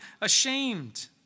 ashamed